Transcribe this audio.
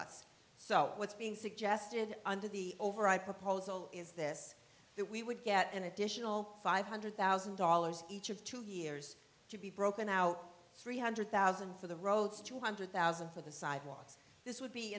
us so what's being suggested under the over i proposal is this that we would get an additional five hundred thousand dollars each of two years to be broken out three hundred thousand for the roads two hundred thousand for the sidewalks this would be